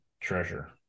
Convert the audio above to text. treasure